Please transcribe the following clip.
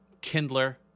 Kindler